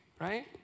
right